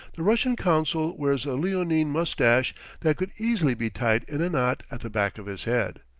the russian consul wears a leonine mustache that could easily be tied in a knot at the back of his head.